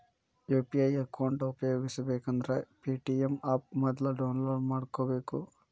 UPI account ಉಪಯೋಗಿಸಬೇಕಂದ್ರ Paytm app ಮೊದ್ಲ download ಮಾಡ್ಕೋಬೇಕು